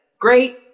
great